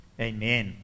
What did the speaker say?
amen